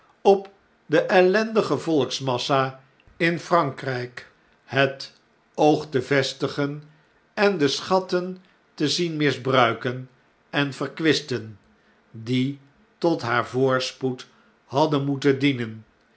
op de ellendige volksmassa in f r a n k r y k het oog te yestigen en de schatten te zien misbruiken en verkwisten die tot haar voorspoed hadden moeten dienen